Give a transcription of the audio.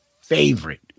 favorite